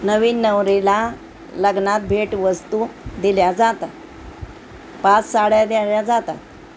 नवीन नवरीला लग्नात भेट वस्तू दिल्या जातात पाच साड्या दिल्या जातात